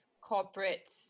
corporate